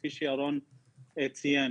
כפי שירון ציין,